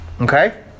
Okay